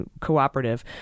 cooperative